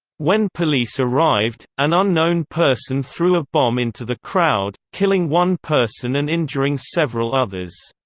when police arrived, an unknown person threw a bomb into the crowd, killing one person and injuring several others.